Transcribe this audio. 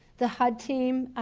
the hud team,